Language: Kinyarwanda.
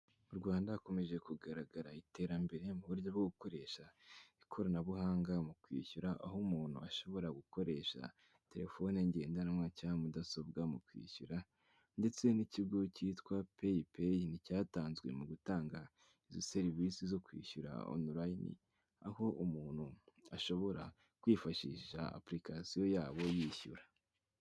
Mu rwanda hakomeje kugaragara iterambere mu buryo bwo gukoresha ikoranabuhanga mu kwishyura aho umuntu ashobora gukoresha telefone ngendanwa cyangwa mudasobwa mu kwishyura ndetse n'ikigo cyitwa peypaincyatanzwe mu gutanga izo serivisi zo kwishyura online aho umuntu ashobora kwifashisha application yabo yishyura.